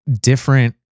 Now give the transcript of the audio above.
different